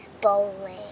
bowling